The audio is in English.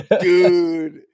Dude